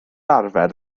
arfer